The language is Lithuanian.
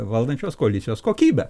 valdančios koalicijos kokybę